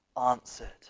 answered